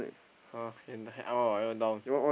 !huh! can die down